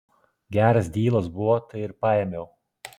geras dylas buvo tai ir paėmiau